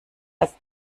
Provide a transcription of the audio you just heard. als